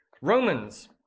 Romans